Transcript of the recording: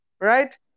right